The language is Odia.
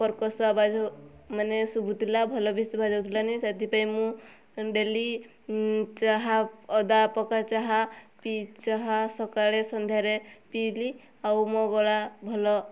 କର୍କଶ ଆବାଜ ମାନେ ଶୁଭୁଥିଲା ଭଲ ବି ଶୁଭାଯାଉ ସେଥିପାଇଁ ମୁଁ ଡେଲି ଚାହା ଅଦା ପକା ଚାହା ପିଇ ଚାହା ସକାଳେ ସନ୍ଧ୍ୟାରେ ପିଇଲି ଆଉ ମୋ ଗଳା ଭଲ